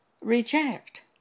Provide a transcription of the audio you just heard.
reject